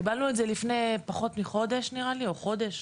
קיבלנו את זה לפני פחות מחודש או חודש,